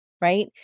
right